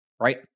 right